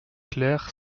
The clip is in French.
clair